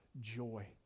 joy